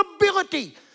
ability